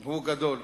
הוא גדול,